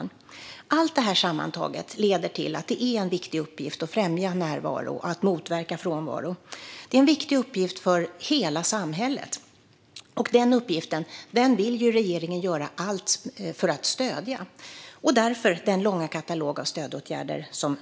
Det är svårt även för deras föräldrar. Allt detta sammantaget leder till att det är en viktig uppgift att främja närvaro och motverka frånvaro. Det är en viktig uppgift för hela samhället. Denna uppgift vill regeringen göra allt för att stödja. Därför föreslås en lång katalog av stödåtgärder.